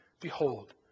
Behold